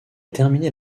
terminé